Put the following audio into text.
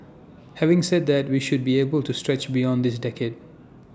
having said that we should be able to stretch beyond this decade